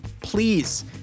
Please